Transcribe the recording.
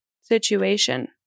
situation